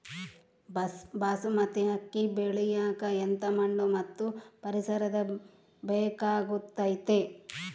ಬಾಸ್ಮತಿ ಅಕ್ಕಿ ಬೆಳಿಯಕ ಎಂಥ ಮಣ್ಣು ಮತ್ತು ಪರಿಸರದ ಬೇಕಾಗುತೈತೆ?